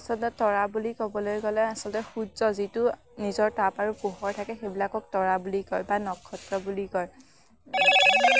আচলতে তৰা বুলি ক'বলৈ গ'লে আচলতে সূৰ্য যিটো নিজৰ তাপ আৰু পোহৰ থাকে সেইবিলাকক তৰা বুলি কয় বা নক্ষত্ৰ বুলি কয়